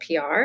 PR